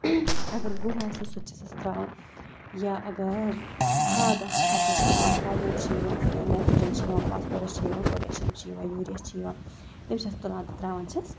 اگر گُہہ آسہِ سُہ تہِ چھَس ترٛاوان یا اگر کھاد آسہِ سۄ تہِ چھَس ترٛاوان کھادِ منٛز چھِ یِوان سُہ نایٹرٛوجَن چھِ یِوان فاسفورَس چھِ یِوان پوٹیشیَم چھِ یِوان یوٗریا چھِ یِوان تِم چھَس تُلان تہٕ ترٛاوان چھَس